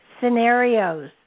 scenarios